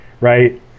right